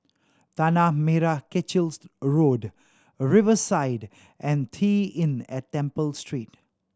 Tanah Merah Kechil Road Riverside and T Inn at Temple Street